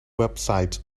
websites